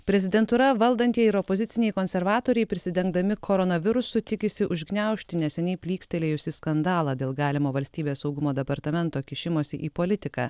prezidentūra valdantieji ir opoziciniai konservatoriai prisidengdami koronavirusu tikisi užgniaužti neseniai plykstelėjusį skandalą dėl galimo valstybės saugumo departamento kišimosi į politiką